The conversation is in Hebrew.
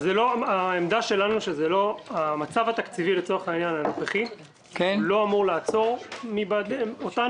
העמדה שלנו היא שהמצב התקציבי הנוכחי לא אמור לעצור אותנו.